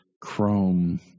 chrome